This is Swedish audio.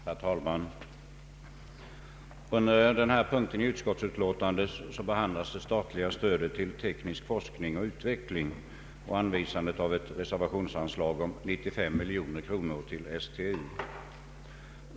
Herr talman! Under denna punkt i utskottsutlåtandet behandlas det statliga stödet till teknisk forskning och utveckling och anvisandet av ett reservationsanslag om 95 miljoner kronor till STU.